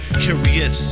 Curious